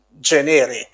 generic